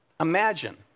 Imagine